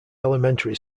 elementary